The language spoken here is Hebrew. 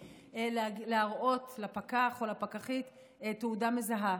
להראות לפקח או לפקחית תעודה מזהה,